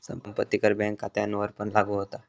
संपत्ती कर बँक खात्यांवरपण लागू होता